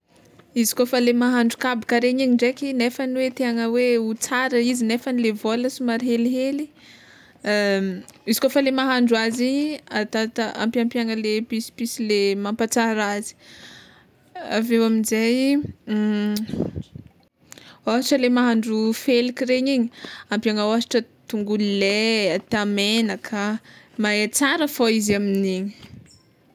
Izy kôfa le mahandro kabaka regny igny ndreky nefany hoe te hanao hoe ho tsara izy nefany le vôla somary helihely, izy kôfa le mahandro azy igny atatao ampiampiagna le episipisy le mampatsara azy, aveo aminjay ôhatra le mahandro feliky regny igny ampiagna ôhatra tongolo ley atao menaka mahetsara fô izy amign'igny.